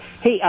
hey